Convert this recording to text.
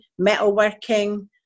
metalworking